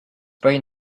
brain